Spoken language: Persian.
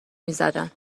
میزدن